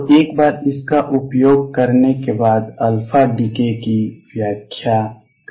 तो एक बार इसका उपयोग करने के बाद α डीके की व्याख्या करना है